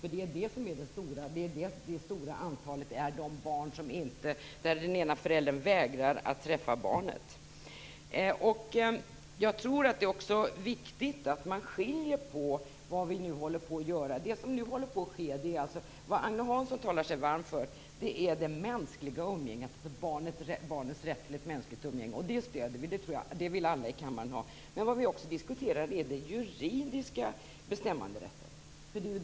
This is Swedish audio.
För det är det som är det stora antalet, alltså de barn där den ena föräldern vägrar att träffa barnet. Jag tror också att det är viktigt att man skiljer på det som vi nu håller på att göra. Vad Agne Hansson talar sig varm för är det mänskliga umgänget, barnets rätt till ett mänskligt umgänge. Det stöder vi. Det tror jag att alla i kammaren vill ha. Men vad vi också diskuterar är den juridiska bestämmanderätten.